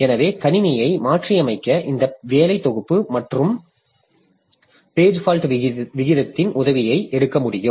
எனவே கணினியை மாற்றியமைக்க இந்த வேலை தொகுப்பு மற்றும் பேஜ் ஃபால்ட் விகிதத்தின் உதவியை எடுக்க முடியும்